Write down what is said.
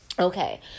Okay